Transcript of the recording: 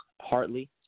Hartley